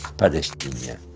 palestinian